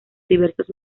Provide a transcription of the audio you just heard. diversos